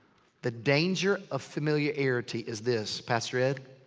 the danger of familiarity is this, pastor ed.